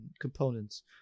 components